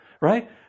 Right